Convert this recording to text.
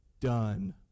done